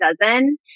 dozen